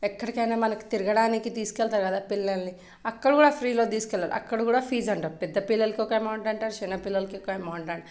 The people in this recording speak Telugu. ఎక్కడికైనా మనకి తిరగడానికి తీసుకు వెళ్తారు కదా పిల్లల్ని అక్కడ కూడా ఫ్రీగా తీసుకు వెళ్ళరు అక్కడ కూడా ఫీజు అంటారు పెద్ద పిల్లలకు ఒక అమౌంట్ అంటారు చిన్నపిల్లలకి ఒక అమౌంట్ అంటారు